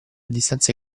distanze